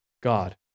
God